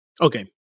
Okay